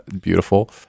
Beautiful